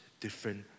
different